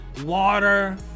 water